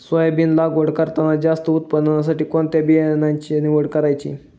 Soybean लागवड करताना जास्त उत्पादनासाठी कोणत्या बियाण्याची निवड करायची?